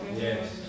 Yes